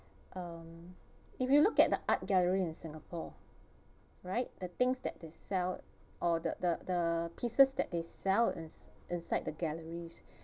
um if you look at the art gallery in singapore right the things that they sell or the the the pieces that they sell it's inside the galleries